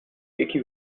یکی